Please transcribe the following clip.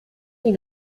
sie